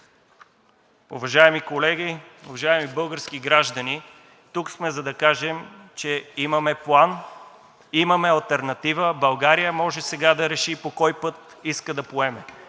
Уважаеми колеги, уважаеми български граждани! Тук сме, за да кажем, че имаме план, имаме алтернатива и България може сега да реши по кой път иска да поеме